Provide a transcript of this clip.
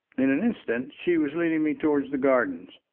in an instant she was leading me towards the gardens.